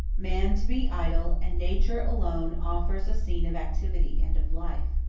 man to be idle, and nature alone offers a scene of activity and of life.